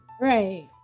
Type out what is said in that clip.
Right